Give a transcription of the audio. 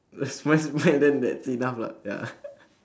smile smile then that's enough lah ya